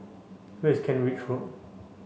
where is Kent Ridge Road